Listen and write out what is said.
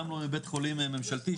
גם לא מבית חולים ממשלתי,